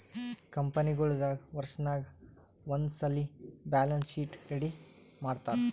ಕಂಪನಿಗೊಳ್ ದಾಗ್ ವರ್ಷನಾಗ್ ಒಂದ್ಸಲ್ಲಿ ಬ್ಯಾಲೆನ್ಸ್ ಶೀಟ್ ರೆಡಿ ಮಾಡ್ತಾರ್